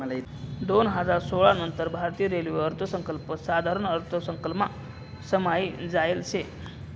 दोन हजार सोळा नंतर भारतीय रेल्वे अर्थसंकल्प साधारण अर्थसंकल्पमा समायी जायेल शे